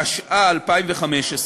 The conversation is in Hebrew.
התשע"ה 2015,